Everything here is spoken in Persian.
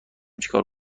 چیکار